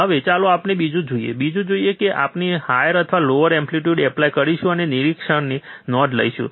હવે ચાલો આપણે બીજું જોઈએ બીજું જોઈએ એટલે કે આપણે હાયર અથવા લોઅર એમ્પ્લીટયુડ એપ્લાય કરીશું અને નિરીક્ષણની નોંધ લઈશું